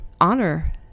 honor